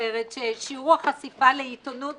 ומספרת ששיעור החשיפה לעיתונות